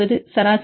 மாணவர் சராசரி